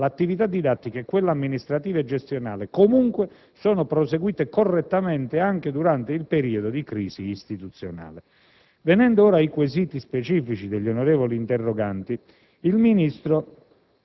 l'attività didattica, amministrativa e gestionale, comunque, è proseguita correttamente, anche durante il periodo di crisi istituzionale. Venendo ora ai quesiti specifici degli onorevoli interroganti, il Ministro